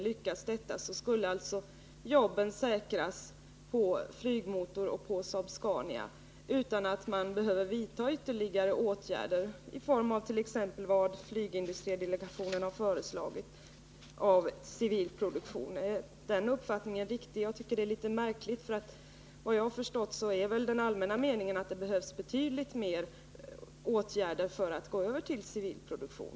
Lyckas det skulle alltså arbetena säkras på Volvo Flygmotor AB och på Saab-Scania AB utan att man behöver vidta ytterligare åtgärder när det gäller civil produktion, t.ex. dem som flygindustridelegationen har föreslagit. Jag tycker att det är litet märkligt, om denna uppfattning är riktig. Såvitt jag förstår är den allmänna meningen att det behövs betydligt fler åtgärder för att man skall kunna gå över till civil produktion.